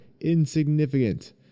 insignificant